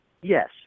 Yes